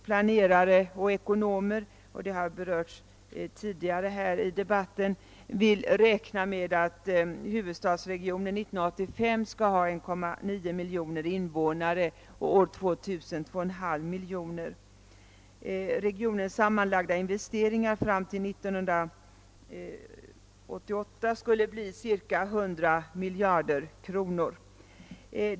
Planerare och ekonomer — det har berörts tidigare i debatten räknar med att huvudstadsregionen år 1985 skall ha 1,9 miljoner invånare och år 2000 2,5 miljoner. Regionens sammanlagda investeringar fram till år 19835 skulle utgöra cirka 100 miljarder kronor.